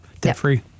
debt-free